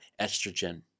estrogen